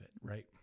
Right